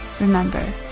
remember